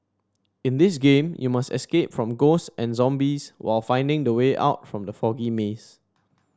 in this game you must escape from ghosts and zombies while finding the way out from the foggy maze